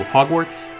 Hogwarts